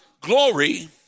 glory